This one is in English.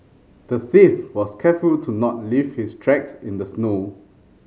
the thief was careful to not leave his tracks in the snow